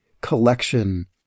collection